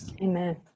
Amen